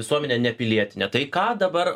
visuomenė nepilietinė tai ką dabar